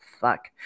Fuck